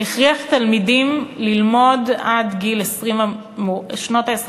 הכריח תלמידים ללמוד עד שנות ה-20